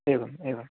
एवं एवं